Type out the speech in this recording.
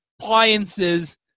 appliances